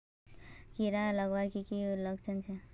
कीड़ा लगवार की की लक्षण छे?